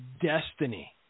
destiny